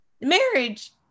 marriage